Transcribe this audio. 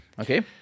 Okay